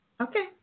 Okay